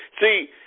See